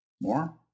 More